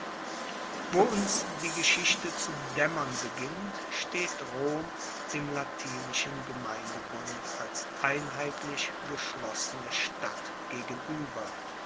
wo uns die geschichte zu daemmern beginnt steht rom dem latinischen gemeindebund als einheitlich geschlossene stadt gegenueber